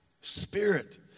Spirit